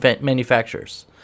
manufacturers